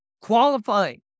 qualifying